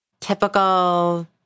typical